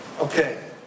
Okay